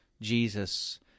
Jesus